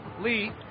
Lee